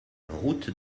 route